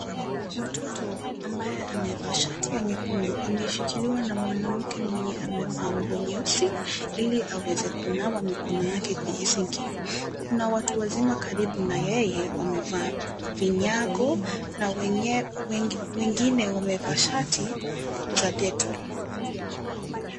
Mtoto ambaye amevaa shati ya nyekundu ameshikiliwa na mwanamke mwenye amevaa nguo nyeusi ili aweze kunawa mikono yake kwenye sinki. Kuna watu wazima karibu na yeye wamevaa vinyango na wengine wamevaa shati za (cs)dettol(cs).